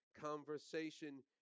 conversation